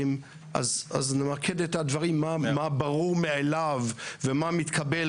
אז למקד את הדברים מה ברור מאליו ומה מתקבל